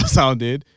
sounded